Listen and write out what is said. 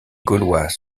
gaulois